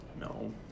no